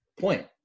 point